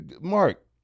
Mark